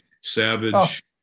Savage